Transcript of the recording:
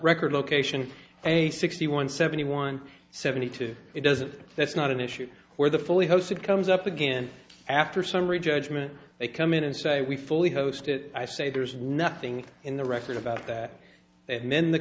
record location a sixty one seventy one seventy two it doesn't that's not an issue where the fully hosted comes up again after summary judgment they come in and say we fully host it i say there's nothing in the record about that and then the